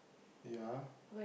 ya